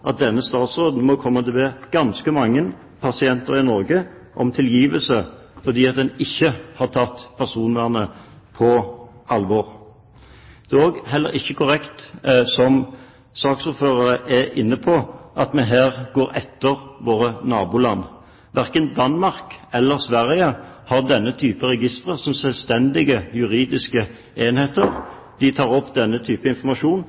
at denne statsråden må komme til å be ganske mange pasienter i Norge om tilgivelse fordi en ikke har tatt personvernet på alvor. Det er heller ikke korrekt, som saksordføreren var inne på, at vi her går etter våre naboland. Verken Danmark eller Sverige har denne type registre som selvstendig juridiske enheter. De tar opp denne type informasjon